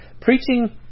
Preaching